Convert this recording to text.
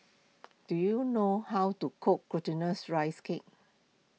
do you know how to cook Glutinous Rice Cake